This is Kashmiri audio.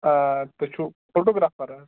آ تُہۍ چھُو فوٹوٗ گرٛافَر حَظ